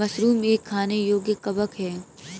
mushroom एक खाने योग्य कवक है